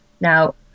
now